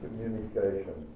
Communication